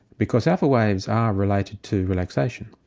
because alpha waves are related to relaxation,